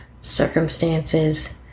circumstances